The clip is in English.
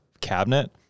cabinet